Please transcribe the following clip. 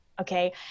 Okay